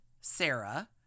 Sarah